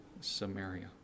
Samaria